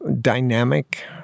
dynamic